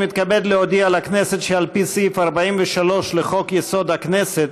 אני מתכבד להודיע לכנסת שעל פי סעיף 43 לחוק-יסוד: הכנסת,